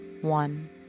one